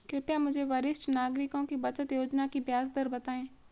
कृपया मुझे वरिष्ठ नागरिकों की बचत योजना की ब्याज दर बताएं